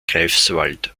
greifswald